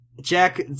Jack